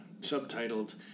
subtitled